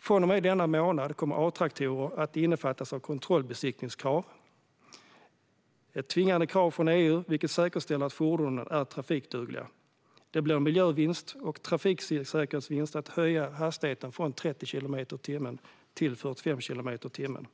Från och med denna månad kommer A-traktorer att omfattas av kontrollbesiktningskrav. Det är ett tvingande krav från EU som säkerställer att fordonen är trafikdugliga. Det blir en miljövinst och en trafiksäkerhetsvinst att höja hastigheten från 30 kilometer i timmen till 45 kilometer i timmen.